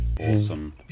Awesome